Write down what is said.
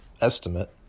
estimate